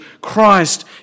Christ